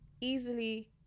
easily